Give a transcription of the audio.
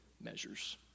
measures